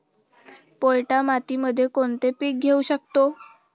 पोयटा मातीमध्ये कोणते पीक घेऊ शकतो?